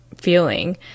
feeling